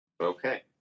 Okay